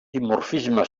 dimorfisme